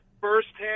firsthand